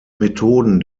methoden